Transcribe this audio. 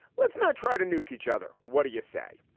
let's not try to nuke each other. what do you say?